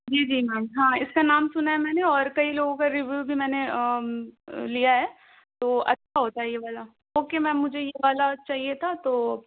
جی جی میم ہاں اِس کا نام سُنا ہے میں نے اور کئی لوگوں کا ریویو بھی میں نے لیا ہے تو اچھا ہوتا ہے یہ والا اوکے میم مجھے یہ والا چاہیے تھا تو